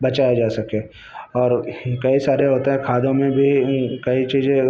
बचाया जा सके और कई सारे होते हैं खादों में भी कई चीज़ें